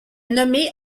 nommé